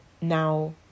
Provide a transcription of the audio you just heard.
now